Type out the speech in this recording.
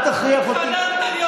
לפני יומיים התחננת אליו לתפקיד.